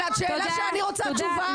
על השאלה שאני רוצה תשובה --- תודה.